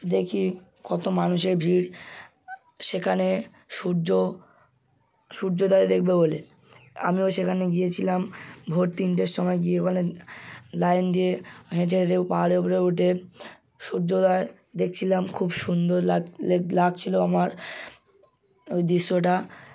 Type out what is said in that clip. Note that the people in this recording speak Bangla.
দেখি কত মানুষের ভিড় সেখানে সূর্য সূর্যোদয় দেখবে বলে আমিও সেখানে গিয়েছিলাম ভোর তিনটের সময় গিয়ে ওখানে লাইন দিয়ে হেঁটে হেঁটে পাহাড়ের উপরে উঠে সূর্যোদয় দেখছিলাম খুব সুন্দর লাগছিলো আমার ওই দৃশ্যটা